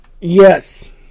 Yes